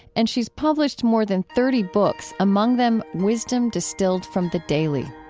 and she's published more than thirty books, among them wisdom distilled from the daily